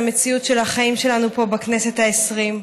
המציאות של החיים שלנו כאן בכנסת העשרים.